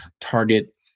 target